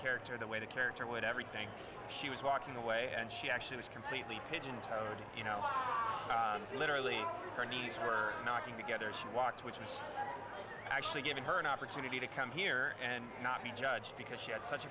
character the way the character would everything she was walking away and she actually was completely pigeon toed you know literally her knees were knocking together she walked which was actually given her an opportunity to come here and not be judged because she had such